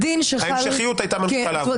ההמשכיות הייתה חלה עליו.